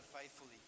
faithfully